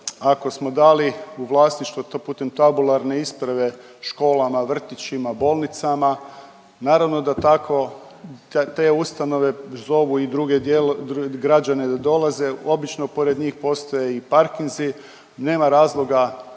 ako smo dali u vlasništvo to putem tabularne isprave školama, vrtićima, bolnicama, naravno da tako te ustanove zovu i druge .../nerazumljivo/... građane da dolaze, obično pored njih postoje i parkinzi, nema razloga,